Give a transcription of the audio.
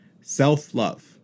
self-love